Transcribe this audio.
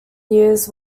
years